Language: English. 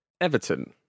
Everton